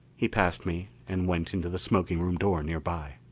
he passed me and went into the smoking room door nearby.